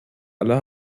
aller